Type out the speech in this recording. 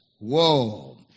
Whoa